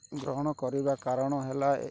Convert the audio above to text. ଗ୍ରହଣ କରିବା କାରଣ ହେଲା